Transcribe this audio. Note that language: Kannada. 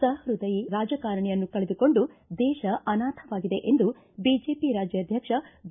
ಸಹೃದಯಿ ರಾಜಕಾರಣಿಯನ್ನು ಕಕೆದುಕೊಂಡು ದೇಶ ಅನಾಥವಾಗಿದೆ ಎಂದು ಬಿಜೆಪಿ ರಾಜ್ಕಾದಕ್ಷ ಬಿ